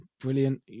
brilliant